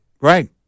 Right